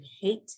hate